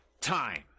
TIME